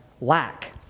lack